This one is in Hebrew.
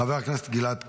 חבר הכנסת גלעד קריב,